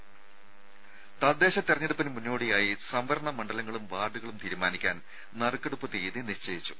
രുര തദ്ദേശ തെരഞ്ഞെടുപ്പിന് മുന്നോടിയായി സംവരണ മണ്ഡലങ്ങളും വാർഡുകളും തീരുമാനിക്കാൻ നറുക്കെടുപ്പ് തീയതി നിശ്ചയിച്ചു